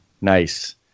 Nice